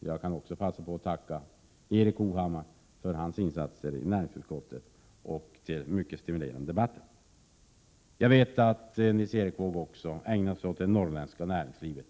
Jag kan också passa på att tacka Erik Hovhammar för hans insatser i näringsutskottet och till den mycket stimulerande debatten. Nils Erik Wååg ägnar sig också åt det norrländska näringslivet.